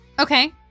Okay